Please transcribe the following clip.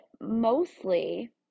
mostly